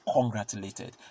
congratulated